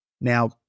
Now